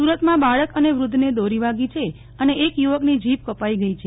સુરતમાં બાળક અને વૃદ્વને દોરી વાગી છે અને એક યુવકની જીભ કપાઈ ગઈ છે